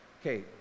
Okay